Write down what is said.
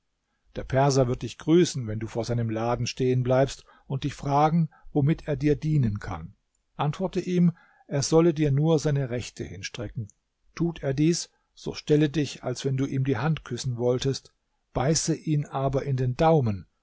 der perser wird dich grüßen wenn du vor seinem laden stehen bleibst und dich fragen womit er dir dienen kann antworte ihm er solle dir nur seine rechte hinstrecken tut er dies so stelle dich als wenn du ihm die hand küssen wolltest beiße ihn aber in den daumen